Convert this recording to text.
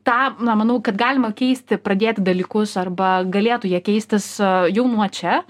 tą na manau kad galima keisti pradėti dalykus arba galėtų jie keistis jau nuo čia